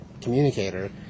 communicator